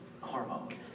hormone